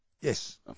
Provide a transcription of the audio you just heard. yes